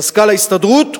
מזכ"ל ההסתדרות.